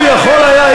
הוא יכול היה,